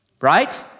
right